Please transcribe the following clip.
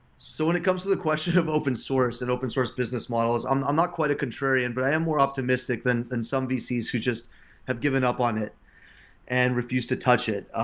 so when it comes to the question of open source and open source business models, i'm i'm not quite a contrarian, but i am more optimistic than than some vc's who just have given up on it and refused to touch it.